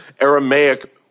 Aramaic